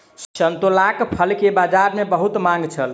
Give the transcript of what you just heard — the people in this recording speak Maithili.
संतोलाक फल के बजार में बहुत मांग छल